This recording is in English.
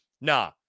nah